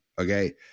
Okay